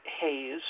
haze